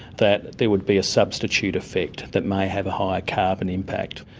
that there would be a substitute effect that may have a high carbon impact.